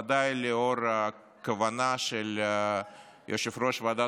בוודאי לאור הכוונה של יושב-ראש ועדת